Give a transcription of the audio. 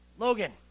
Logan